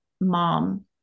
mom